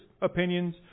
opinions